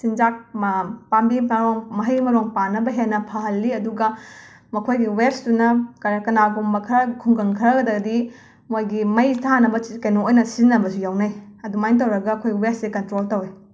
ꯆꯤꯟꯖꯥꯛ ꯃꯥ ꯄꯥꯝꯕꯤ ꯄꯥꯎ ꯃꯍꯩ ꯃꯔꯣꯡ ꯄꯥꯟꯅꯕ ꯍꯦꯟꯅ ꯐꯍꯜꯂꯤ ꯑꯗꯨꯒꯥ ꯃꯈꯣꯏꯒꯤ ꯋꯦꯁꯇꯨꯅꯥ ꯀꯔ ꯀꯅꯥꯒꯨꯝꯕ ꯈꯔ ꯈꯨꯡꯒꯪ ꯈꯔꯗꯗꯤ ꯃꯣꯏꯒꯤ ꯃꯩ ꯊꯥꯅꯕ ꯆꯤ ꯀꯩꯅꯣ ꯑꯣꯏꯅ ꯁꯤꯖꯤꯟꯅꯕꯖꯨ ꯌꯥꯎꯅꯩ ꯑꯗꯨꯃꯥꯏꯟ ꯇꯧꯔꯒ ꯑꯈꯣꯏ ꯋꯦꯁꯁꯦ ꯀꯟꯇ꯭ꯔꯣꯜ ꯇꯧꯋꯦ